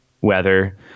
weather